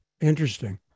Interesting